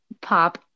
pop